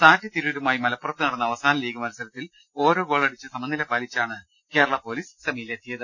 സാറ്റ് തിരൂരുമായി മലപ്പുറത്ത് നടന്ന അവസാന ലീഗ് മത്സരത്തിൽ ഓരോ ഗോളടിച്ച് സമനില പാലിച്ചാണ് കേരള പോലീസ് സെമിയിലെത്തിയത്